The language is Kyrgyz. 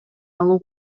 алуу